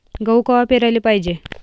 गहू कवा पेराले पायजे?